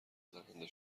زننده